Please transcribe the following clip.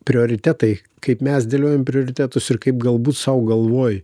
prioritetai kaip mes dėliojam prioritetus ir kaip galbūt sau galvoj